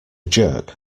jerk